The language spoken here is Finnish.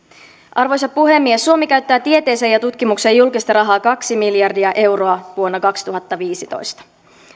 arvoisa puhemies suomi käyttää tieteeseen ja tutkimukseen julkista rahaa kaksi miljardia euroa vuonna kaksituhattaviisitoista